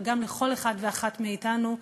אבל גם לכל אחת ואחד מאתנו,